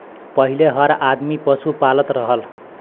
पहिले हर आदमी पसु पालत रहल